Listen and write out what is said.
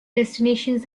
destinations